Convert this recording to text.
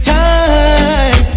time